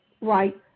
right